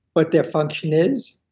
what their function is,